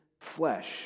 flesh